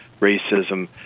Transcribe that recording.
racism